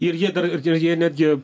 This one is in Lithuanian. ir jie dar ir jie netgi